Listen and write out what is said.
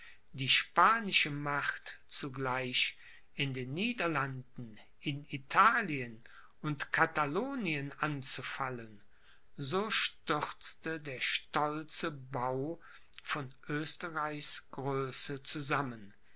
die spanische macht zugleich in den niederlanden in italien und catalonien anzufallen so stürzte der stolze bau von oesterreichs größe zusammen